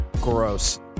Gross